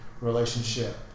relationship